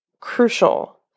crucial